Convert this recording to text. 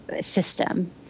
system